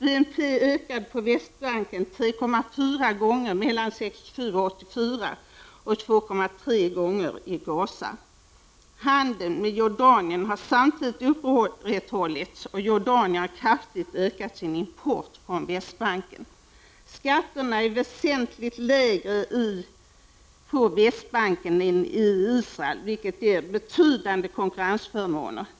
BNP ökade på Västbanken 3,4 gånger mellan 1967 och 1984 och 2,3 gånger i Gaza. Handeln med Jordanien har samtidigt upprätthållits, och Jordanien har kraftigt ökat sin import från Västbanken. Skatterna är väsentligt lägre på Västbanken än i Israel, vilket ger betydande konkurrensförmåner.